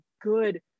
good